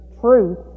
truth